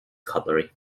cutlery